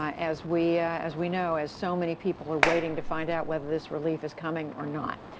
ah as we as we know, as so many people are waiting to find out whether this relief is coming or not.